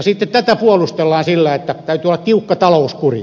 sitten tätä puolustellaan sillä että täytyy olla tiukka talouskuri